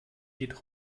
geht